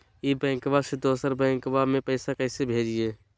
ई बैंकबा से दोसर बैंकबा में पैसा कैसे भेजिए?